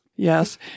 Yes